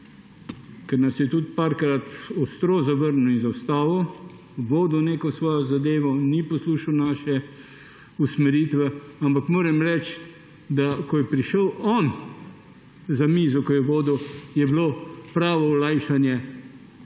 ker nas je tudi večkrat ostro zavrnil in zaustavil, vodil neko svojo zadevo, ni poslušal naše usmeritve, ampak moram reči, da ko je prišel on za mizo, ko je vodil, je bilo pravo olajšanje v